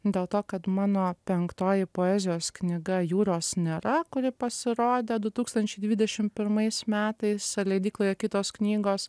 dėl to kad mano penktoji poezijos knyga jūros nėra kuri pasirodė du tūkstančiai dvidešim pirmais metais leidykloje kitos knygos